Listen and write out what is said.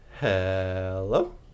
hello